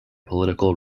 political